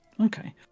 Okay